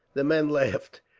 the men laughed,